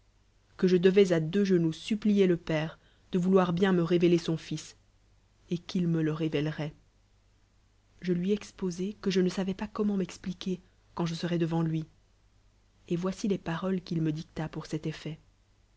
que je devois àdeux genoux supplier le père de vouloir bien me révéler son fils et qu'il me le révéleroit je lui exposai que je ne savois pas comment m'expliquer quand je serois devant lui et vi icïlell paroles qu'il me dicta pour cet effet